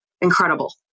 Incredible